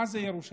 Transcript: מה זה ירושלים.